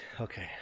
okay